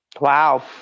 Wow